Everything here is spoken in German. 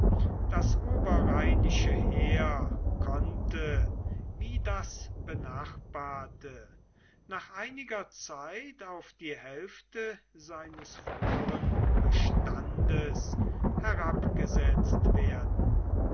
das oberrheinische heer konnte wie das benachbarte nach einiger zeit auf die hälfte seines früheren bestandes herabgesetzt werden